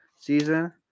season